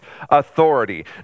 authority